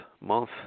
month